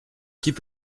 keep